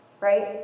Right